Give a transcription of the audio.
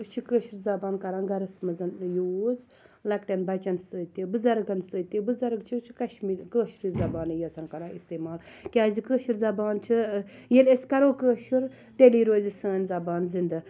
أسۍ چھِ کٲشِر زَبان کَران گَرَس مَنٛز یوٗز لۄکٹیٚن بَچَن سۭتۍ تہِ بُزَرگَن سۭتۍ تہِ بُزَرگ چھِ کَشمی کٲشری زَبانی یٲژَن کَران اِستعمال کیازِ کٲشِر زَبان چھِ ییٚلہِ أسۍ کَرو کٲشُر تیٚلے روزِ سٲنٛۍ زَبان زِنٛدٕ